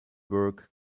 work